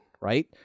right